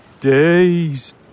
Days